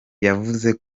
yavuze